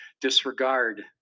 disregard